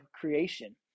creation